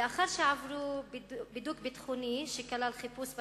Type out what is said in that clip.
לאחר שעברו בידוק ביטחוני, שכלל חיפוש בתיקים,